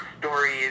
stories